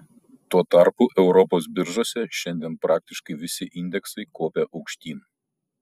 tuo tarpu europos biržose šiandien praktiškai visi indeksai kopia aukštyn